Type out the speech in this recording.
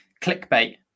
clickbait